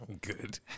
good